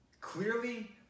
clearly